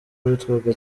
witwaga